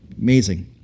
Amazing